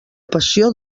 passió